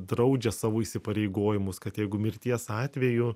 draudžia savo įsipareigojimus kad jeigu mirties atveju